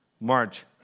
march